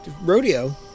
rodeo